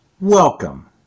welcome